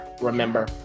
Remember